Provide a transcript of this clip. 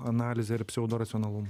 analize ir pseudo racionalumu